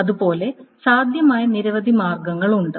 അത് പോലെ സാധ്യമായ നിരവധി മാർഗങ്ങളുണ്ട്